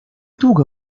długo